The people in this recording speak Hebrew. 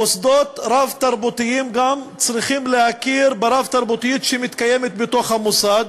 מוסדות רב-תרבותיים גם צריכים להכיר ברב-תרבותיות שמתקיימת בתוך המוסד,